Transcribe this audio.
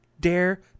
Dare